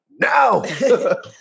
No